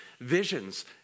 visions